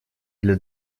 для